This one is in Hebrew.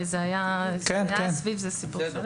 היה סיפור סביב זה.